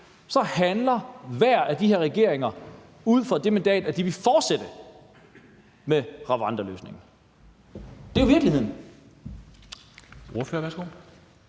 Frederiksen i spidsen – handler ud fra det mandat, at de vil fortsætte med Rwandaløsningen. Det er jo virkeligheden.